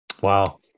Wow